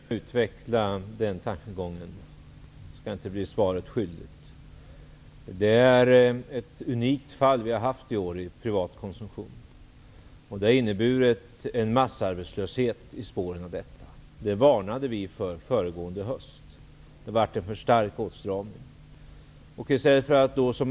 Herr talman! Jag skall gärna utveckla den tankegången. Jag skall inte bli svaret skyldig. Den situation som vi har haft i år när det gäller privat konsumtion är unik. Den har inneburit en massarbetslöshet. Det varnade vi för föregående höst. Det var en för stark åtstramning.